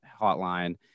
Hotline